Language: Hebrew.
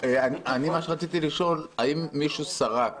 אני רציתי לשאול אם מישהו סרק